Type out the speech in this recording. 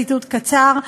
ציטוט קצר,